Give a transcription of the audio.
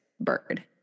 bird